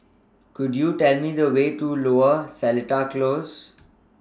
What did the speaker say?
Could YOU Tell Me The Way to Lower Seletar Close